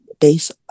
based